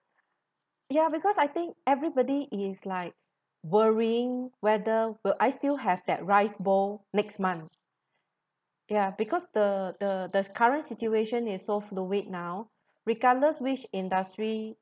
ya because I think everybody is like worrying whether will I still have that rice bowl next month ya because the the the current situation is so fluid now regardless which industry